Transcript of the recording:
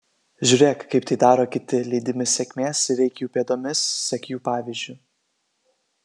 žiūrėk kaip tai daro kiti lydimi sėkmės ir eik jų pėdomis sek jų pavyzdžiu